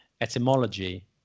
etymology